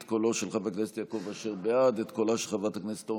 את קולו של חבר הכנסת יעקב אשר,